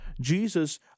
Jesus